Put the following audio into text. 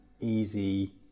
easy